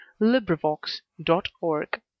LibriVox.org